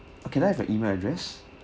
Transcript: uh can I have your email address